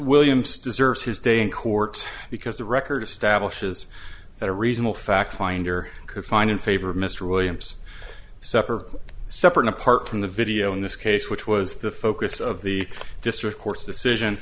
williams deserves his day in court because the record establishes that a reasonable fact finder could find in favor of mr williams separate separate apart from the video in this case which was the focus of the district court's decision